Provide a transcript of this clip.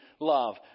love